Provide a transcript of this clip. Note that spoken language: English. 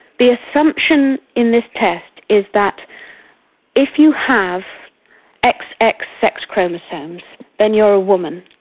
the assumption in this test is that if you have xx xx sex chromosomes then you're a woman,